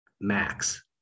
max